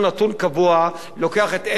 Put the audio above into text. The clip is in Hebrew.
לוקח את עשר השנים האחרונות,